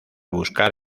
buscar